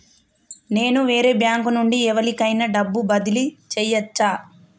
నేను వేరే బ్యాంకు నుండి ఎవలికైనా డబ్బు బదిలీ చేయచ్చా?